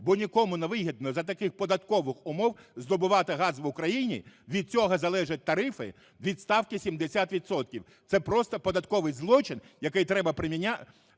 бо нікому невигідно за таких податкових умов здобувати газ в Україні, від цього залежать тарифи від ставки 70 відсотків. Це просто податковий злочин, який треба припиняти,